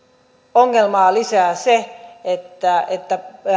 ongelmaa lisää se että että